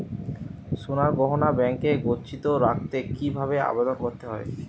সোনার গহনা ব্যাংকে গচ্ছিত রাখতে কি ভাবে আবেদন করতে হয়?